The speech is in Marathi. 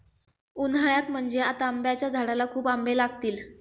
उन्हाळ्यात म्हणजे आता आंब्याच्या झाडाला खूप आंबे लागतील